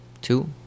two